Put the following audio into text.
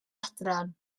adran